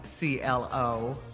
CLO